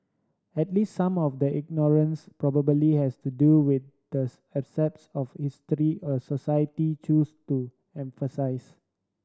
at least some of the ignorance probably has to do with the of history a society choose to emphasise